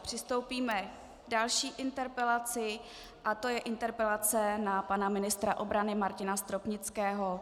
Přistoupíme k další interpelaci a to je interpelace na pana ministra obrany Martina Stropnického.